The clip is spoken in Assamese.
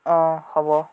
অঁ হ'ব